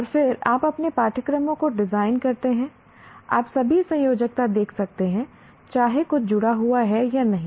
और फिर आप अपने पाठ्यक्रमों को डिज़ाइन करते हैं आप सभी संयोजकता देख सकते हैं चाहे कुछ जुड़ा हुआ है या नहीं